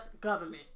government